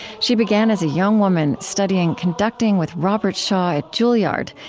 she began as a young woman, studying conducting with robert shaw at juilliard,